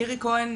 מירי כהן,